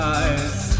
eyes